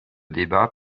débat